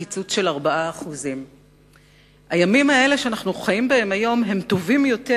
קיצוץ של 4%. הימים האלה שאנחנו חיים בהם היום טובים יותר,